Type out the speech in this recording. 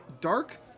Dark